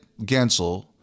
Gensel